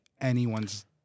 anyone's